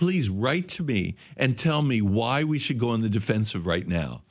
please write to me and tell me why we should go on the defensive right now